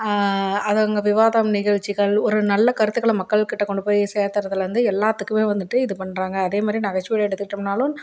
அது அங்கே விவாதம் நிகழ்ச்சிகள் ஒரு நல்ல கருத்துக்களை மக்கள்கிட்ட கொண்டு போய் சேத்தறதுலேருந்து எல்லாத்துக்குமே வந்துட்டு இது பண்ணுறாங்க அதே மாதிரி நகைச்சுவைனு எடுத்துக்கிட்டோம்னாலும்